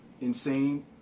insane